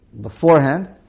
beforehand